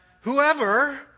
whoever